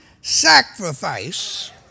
sacrifice